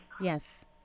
Yes